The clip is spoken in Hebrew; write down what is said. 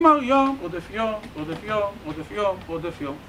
כלומר יום רודף יום, רודף יום, רודף יום, רודף יום.